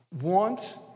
want